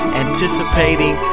anticipating